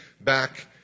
back